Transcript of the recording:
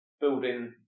building